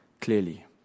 clearly